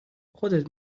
خودت